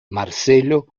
marcelo